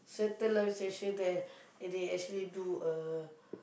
certain live station there they actually do uh